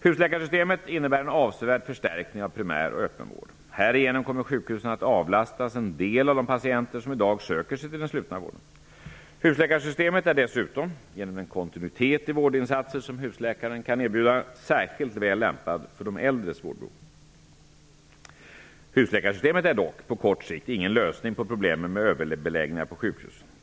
Husläkarsystemet innebär en avsevärd förstärkning av primär och öppen vård. Härigenom kommer sjukhusen att avlastas en del av de patienter som i dag söker sig till den slutna vården. Husläkarsystemet är dessutom -- genom den kontinuitet i vårdinsatser som husläkaren kan erbjuda -- särskilt väl lämpat för de äldres vårdbehov. Husläkarsystemet är dock -- på kort sikt -- ingen lösning på problemen med överbeläggningar på sjukhusen.